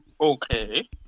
Okay